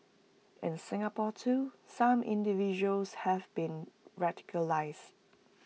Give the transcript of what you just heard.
in Singapore too some individuals have been radicalised